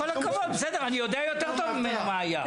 עם כל הכבוד, אני יודע יותר טוב ממנו מה היה.